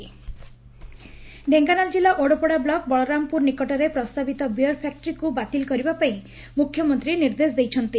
beer factory Dhenkanal ଜିଲ୍ଲା Odapada block Balarampur ନିକଟରେ ପ୍ରସ୍ତାବିତ ବିୟର ଫ୍ୟାକ୍ଟ୍ରିକୁ ବାତିଲ କରିବା ପାଇଁ ମୁଖ୍ୟମନ୍ତୀ ନିର୍ଦ୍ଦେଶ ଦେଇଛନ୍ତି